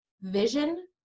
vision